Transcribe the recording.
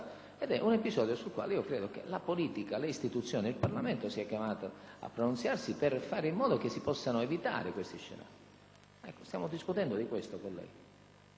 È un episodio sul quale credo che la politica, le istituzioni e il Parlamento siano chiamati a pronunciarsi, per fare in modo che si possano evitare questi scenari. Stiamo discutendo di questo, colleghi.